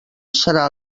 serà